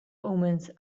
omens